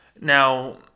Now